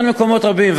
יש מקומות רבים,